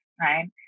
right